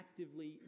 actively